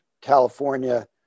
California